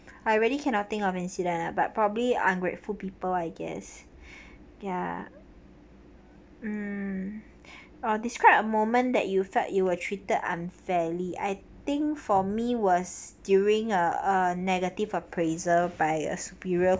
I really cannot think of incident but probably ungrateful people I guess ya mm or described a moment that you felt you were treated unfairly I think for me was during a a negative appraiser by a superior